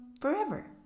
forever